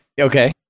Okay